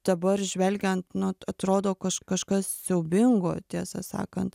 dabar žvelgiant nu at atrodo kaž kažkas siaubingo tiesą sakant